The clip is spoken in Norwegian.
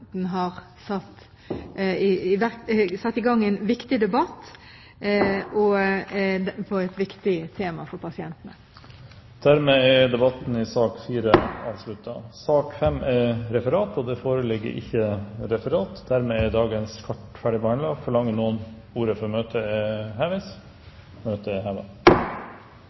har satt i gang en viktig debatt om et viktig tema for pasientene. Dermed er debatten i sak nr. 4 avsluttet. Det foreligger ikke noe referat. Dermed er dagens kart ferdigbehandlet. Forlanger noen ordet før møtet heves? – Møtet er